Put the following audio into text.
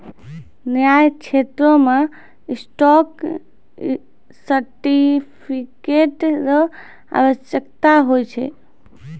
न्याय क्षेत्रो मे स्टॉक सर्टिफिकेट र आवश्यकता होय छै